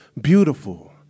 beautiful